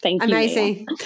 amazing